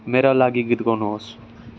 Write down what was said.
मेरा लागि गीत गाउनु होस्